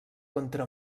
contra